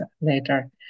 later